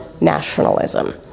nationalism